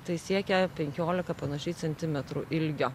tai siekia penkiolika panašiai centimetrų ilgio